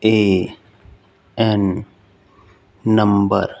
A N number